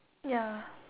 ya